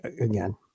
again